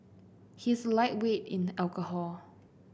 he is a lightweight in alcohol